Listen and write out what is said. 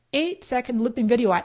eight second looping video. ah